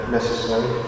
necessary